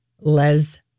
Les